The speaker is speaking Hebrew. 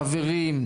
חברים,